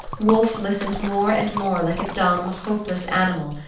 wolfe listened more and more like a dumb, hopeless animal,